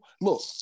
Look